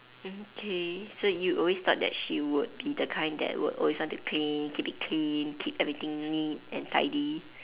mm okay so you always thought that she would be the kind that would always want to clean keep it clean keep everything neat and tidy